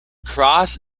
cross